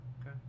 Okay